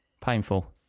Painful